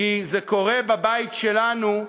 כי זה קורה בבית שלנו,